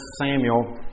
Samuel